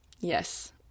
yes